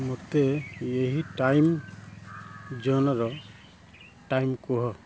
ମୋତେ ଏହି ଟାଇମ୍ ଜୋନ୍ର ଟାଇମ୍ କୁହ